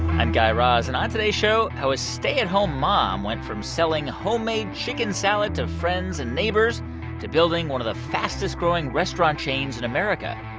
guy raz. and on today's show, how a stay-at-home mom went from selling homemade chicken salad to friends and neighbors to building one of the fastest-growing restaurant chains in america.